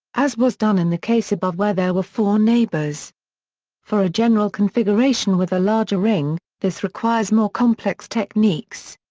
as was done in the case above where there were four neighbors for a general configuration with a larger ring, this requires more complex techniques.